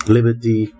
Liberty